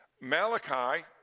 Malachi